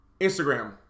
Instagram